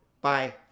Bye